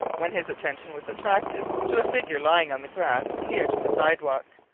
when his attention was attracted to a figure lying on the grass near to the sidewalk.